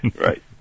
Right